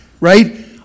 Right